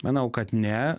manau kad ne